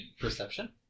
Perception